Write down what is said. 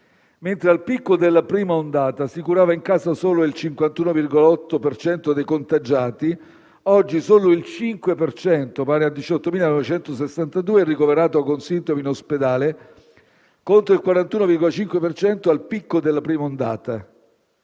Mentre al picco della prima ondata si curava in casa solo il 51,8 per cento dei contagiati, oggi solo il 5 per cento, pari a 18.962, è ricoverato con sintomi in ospedale, contro il 41,5 per cento al picco della prima ondata.